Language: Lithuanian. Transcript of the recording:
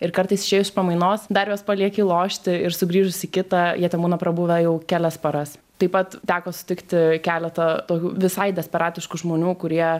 ir kartais išėjus iš pamainos dar juos palieki lošti ir sugrįžus į kitą jie ten būna prabuvę jau kelias paras taip pat teko sutikti keletą tokių visai desperatiškų žmonių kurie